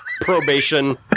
Probation